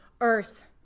earth